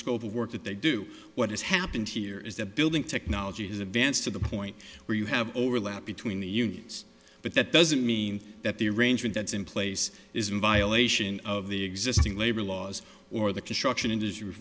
scope of work that they do what has happened here is the building technology has advanced to the point where you have overlap between the units but that doesn't mean that the arrangement that's in place is in violation of the existing labor laws or the construction industry